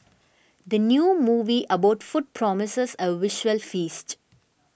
the new movie about food promises a visual feast